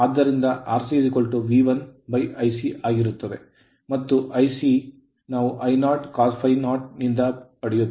ಆದ್ದರಿಂದR c V1Ic ಆಗಿರುತ್ತದೆ ಮತ್ತು Ic ನಾವು I0cos∅0 ನಿಂದ ಪಡೆಯುತ್ತೇವೆ